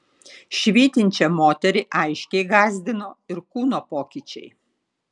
švytinčią moterį aiškiai gąsdino ir kūno pokyčiai